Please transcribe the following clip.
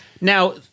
Now